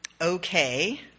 okay